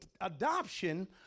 adoption